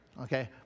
okay